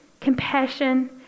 compassion